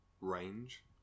range